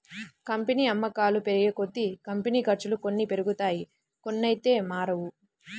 company అమ్మకాలు పెరిగేకొద్దీ, company ఖర్చులు కొన్ని పెరుగుతాయి కొన్నైతే మారవు